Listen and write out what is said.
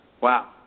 Wow